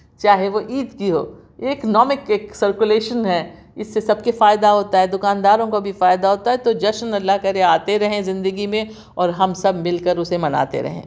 چاہے وہ عید کی ہو اکنومک ایک سرکولیشن ہے اس سے سب کے فائدہ ہوتا ہے دوکانداروں کو بھی فائدہ ہوتا ہے تو جشن اللہ کرے آتے رہیں زندگی میں اور ہم سب مل کر اسے مناتے رہیں